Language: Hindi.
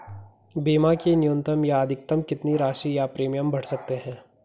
बीमा की न्यूनतम या अधिकतम कितनी राशि या प्रीमियम भर सकते हैं?